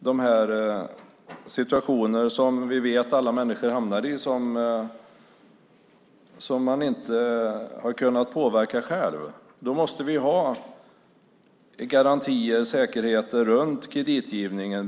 Det är situationer som många människor hamnar i och som man inte har kunnat påverka själv. Då måste vi ha garantier och säkerheter runt kreditgivningen.